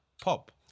pop